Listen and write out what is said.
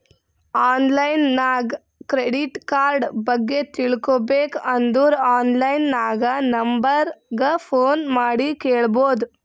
online ನಾಗ್ credit card ಬಗ್ಗೆ ತಿಳ್ಕೋಬೇಕ್ ಅಂದುರ್ ಆನ್ಲೈನ್ ನಾಗ್ ನಂಬರ್ ಗ ಫೋನ್ ಮಾಡಿ ಕೇಳ್ಬೋದು